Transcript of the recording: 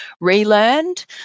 relearned